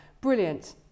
brilliant